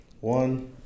one